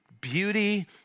beauty